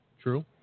True